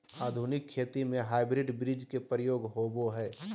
आधुनिक खेती में हाइब्रिड बीज के प्रयोग होबो हइ